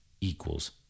equals